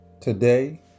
Today